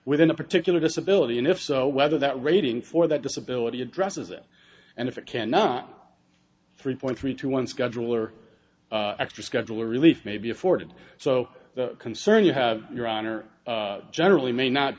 within a particular disability and if so whether that rating for that disability addresses it and if it cannot three point three two one schedule or extra schedule or relief may be afforded so the concern you have your honor generally may not